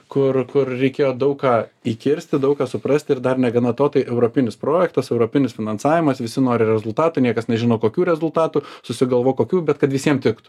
kur kur reikėjo daug ką įkirsti daug ką suprasti ir dar negana to tai europinis projektas europinis finansavimas visi nori rezultatų niekas nežino kokių rezultatų susigalvok kokių bet kad visiem tiktų